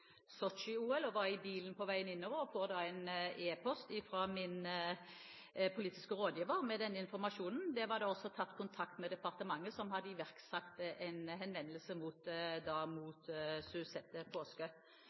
en e-post fra min politiske rådgiver med denne informasjonen. Der var det også tatt kontakt med departementet, som hadde iverksatt en henvendelse mot